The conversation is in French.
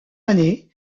année